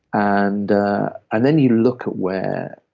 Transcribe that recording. and and then you look at where.